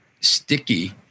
sticky